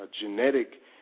genetic